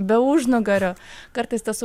be užnugario kartais tas